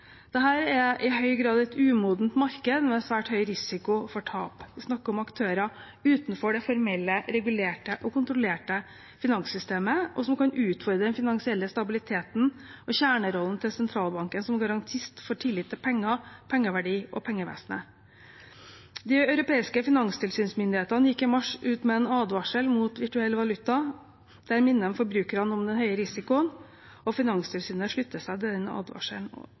er i høy grad et umodent marked, med svært høy risiko for tap. Vi snakker om aktører utenfor det formelle, regulerte og kontrollerte finanssystemet, noe som kan utfordre den finansielle stabiliteten og kjernerollen til sentralbanken som garantist for tillit til penger, pengeverdi og pengevesenet. De europeiske finanstilsynsmyndighetene gikk i mars ut med en advarsel mot virtuell valuta. Der minner de forbrukerne om den høye risikoen, og Finanstilsynet slutter seg til den advarselen,